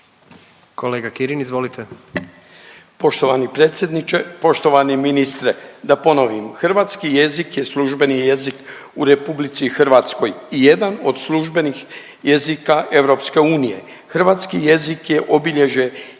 Kolega Kirin, izvolite.